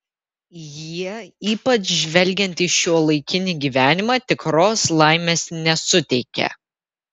jie ypač žvelgiant į šiuolaikinį gyvenimą tikros laimės nesuteikia